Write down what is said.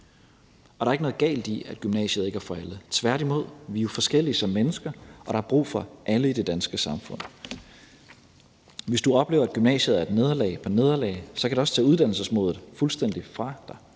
Og der er ikke noget galt i, at gymnasiet ikke er for alle, tværtimod; vi er jo forskellige som mennesker, og der er brug for alle i det danske samfund. Hvis du oplever, at gymnasiet er nederlag på nederlag, kan det også tage uddannelsesmodet fuldstændig fra dig,